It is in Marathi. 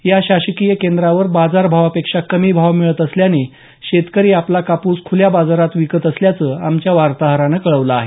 या शासकीय केंद्रांवर बाजार भावापेक्षा कमी भाव मिळत असल्याने शेतकरी आपला कापूस खूल्या बाजारात विकत असल्याचं आमच्या वार्ताहरानं कळवलं आहे